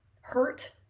hurt